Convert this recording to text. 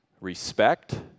Respect